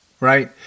Right